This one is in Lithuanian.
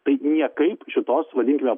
tai niekaip šitos vadinkime